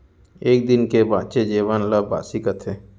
एक दिन के बांचे जेवन ल बासी कथें